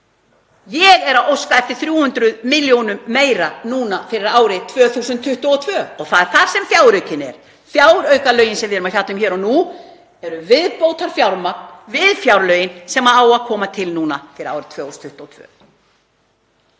Ég er að óska eftir 300 milljónum meira núna fyrir árið 2022 og það er það sem fjáraukinn er. Fjáraukalögin sem við erum að fjalla um hér og nú eru viðbótarfjármagn við fjárlögin sem á að koma til núna fyrir árið 2022.